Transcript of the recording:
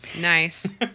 Nice